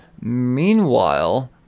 Meanwhile